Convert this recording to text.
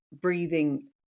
breathing